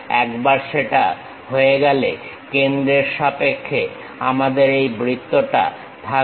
একবার সেটা হয়ে গেলে কেন্দ্রের সাপেক্ষে আমাদের এই বৃত্তটা থাকবে